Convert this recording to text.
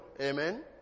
Amen